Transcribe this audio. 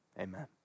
Amen